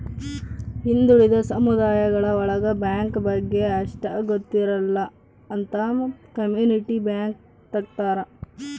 ಹಿಂದುಳಿದ ಸಮುದಾಯ ಒಳಗ ಬ್ಯಾಂಕ್ ಬಗ್ಗೆ ಅಷ್ಟ್ ಗೊತ್ತಿರಲ್ಲ ಅಂತ ಕಮ್ಯುನಿಟಿ ಬ್ಯಾಂಕ್ ತಗ್ದಾರ